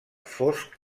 fosc